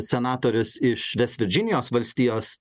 senatorius iš vest virdžinijos valstijos